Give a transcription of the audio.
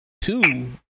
Two